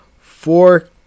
four